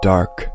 Dark